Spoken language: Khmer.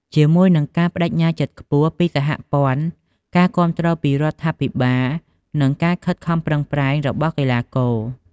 ជាមួយនឹងការប្ដេជ្ញាចិត្តខ្ពស់ពីសហព័ន្ធ ការគាំទ្រពីរដ្ឋាភិបាល និងការខិតខំប្រឹងប្រែងរបស់កីឡាករ។